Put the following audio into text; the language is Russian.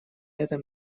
этом